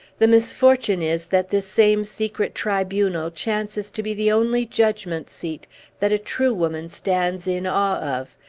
the misfortune is, that this same secret tribunal chances to be the only judgment-seat that a true woman stands in awe of,